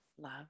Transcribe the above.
love